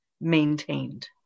maintained